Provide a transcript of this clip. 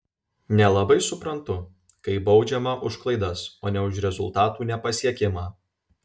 nelabai suprantu kai baudžiama už klaidas o ne už rezultatų nepasiekimą